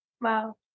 Wow